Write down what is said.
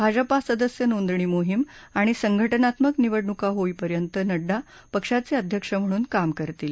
भाजपा सदस्य नोंदणी मोहीम आणि संघटनात्मक निवडणुका होईपर्यंत नड्डा पक्षाचे अध्यक्ष म्हणून काम करतील